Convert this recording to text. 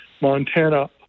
Montana